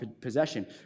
possession